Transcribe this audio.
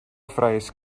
phrase